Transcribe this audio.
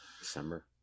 December